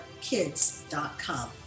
kids.com